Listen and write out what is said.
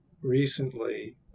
recently